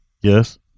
Yes